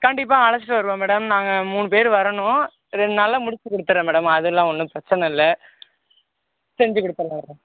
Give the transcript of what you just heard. கண்டிப்பாக அழைச்சிட்டு வருவேன் மேடம் நாங்கள் மூனு பேர் வரனும் ரெண்டுநாள்ல முடிச்சுக் கொடுத்துர்றன் மேடம் அதெல்லாம் ஒன்றும் பிரச்சனை இல்லை செஞ்சு கொடுத்துர்லாம் மேடம்